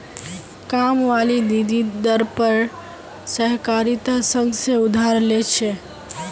कामवाली दीदी दर पर सहकारिता संघ से उधार ले छे